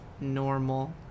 normal